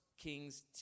Kings